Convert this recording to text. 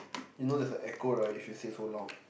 you know there's the echo right if you say so loud